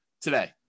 today